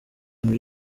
muri